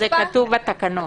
בהחלט, זה כתוב בתקנות.